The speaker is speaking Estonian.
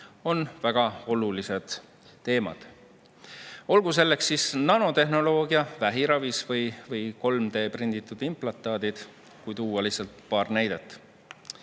on väga olulised teemad. Olgu nanotehnoloogia vähiravis või 3D‑prinditud implantaadid, kui tuua lihtsalt paar näidet.